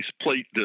plate